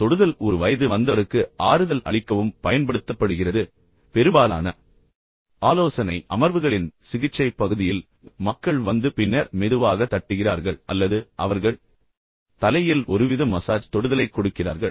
தொடுதல் ஒரு வயது வந்தவருக்கு ஆறுதல் அளிக்கவும் பயன்படுத்தப்படுகிறது பெரும்பாலான ஆலோசனை அமர்வுகள் ஆலோசனை அமர்வுகளின் சிகிச்சை பகுதியில் மக்கள் வந்து பின்னர் மெதுவாக தட்டுகிறார்கள் அல்லது அவர்கள் தலையில் ஒருவித மசாஜ் தொடுதலைக் கொடுக்கிறார்கள்